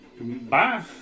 Bye